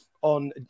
on